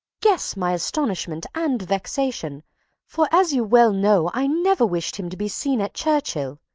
guess my astonishment, and vexation for, as you well know, i never wished him to be seen at churchhill.